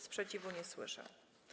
Sprzeciwu nie słyszę.